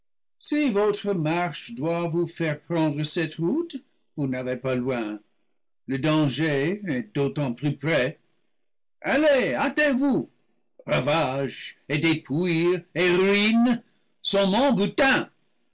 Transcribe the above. si votre marche doit vous faire prendre cette route vousn'avez pas loin le danger est d'autant plus près allez hâtez-vous ravages et dépouilles et ruines sont mon butin